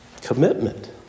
Commitment